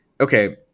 Okay